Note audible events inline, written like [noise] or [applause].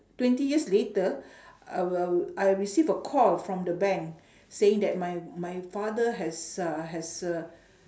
twenty years later [breath] uh uh I receive a call from the bank [breath] saying that my my father has uh has uh